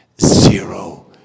Zero